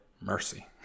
mercy